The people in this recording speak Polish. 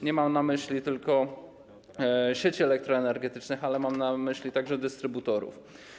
Nie mam na myśli tylko sieci elektroenergetycznych, ale mam na myśli także dystrybutorów.